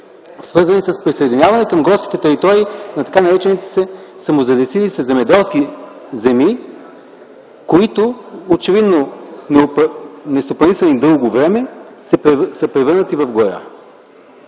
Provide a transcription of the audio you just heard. свързани с присъединяване към горските територии на тъй наречените самозалесили се земеделски земи, които нестопанисвани дълго време са се превърнали в гора.